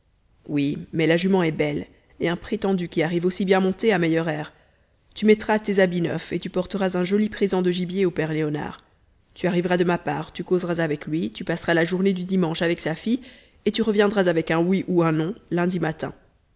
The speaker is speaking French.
oui mais la jument est belle et un prétendu qui arrive aussi bien monté a meilleur air tu mettras tes habits neufs et tu porteras un joli présent de gibier au père léonard tu arriveras de ma part tu causeras avec lui tu passeras la journée du dimanche avec sa fille et tu reviendras avec un oui ou un non lundi matin